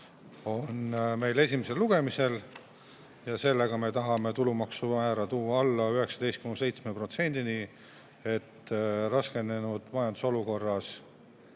on meil esimesel lugemisel. Sellega me tahame tulumaksumäära tuua alla 19,7%-ni, et raskenenud majandusolukorras